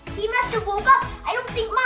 he must have woke up. i don't think